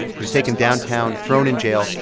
he was taken downtown, thrown in jail,